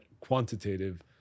quantitative